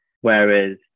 Whereas